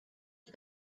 but